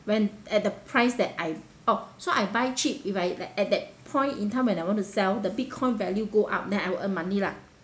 when at the price that I oh so I buy cheap if I like at that point in time when I want sell the bitcoin value go up then I would earn money lah